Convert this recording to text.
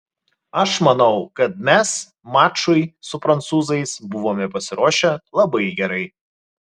aš manau kad mes mačui su prancūzais buvome pasiruošę labai gerai